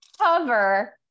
cover